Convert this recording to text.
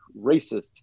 racist